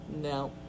No